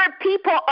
people